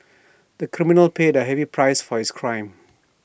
the criminal paid A heavy price for his crime